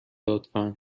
لطفا